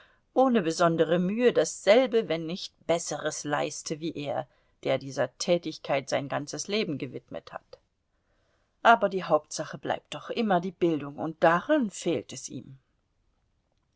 ohne besondere mühe dasselbe wenn nicht besseres leiste wie er der dieser tätigkeit sein ganzes leben gewidmet hat aber die hauptsache bleibt doch immer die bildung und daran fehlt es ihm